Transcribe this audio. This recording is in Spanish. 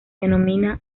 denomina